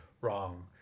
wrong